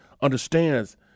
understands